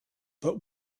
but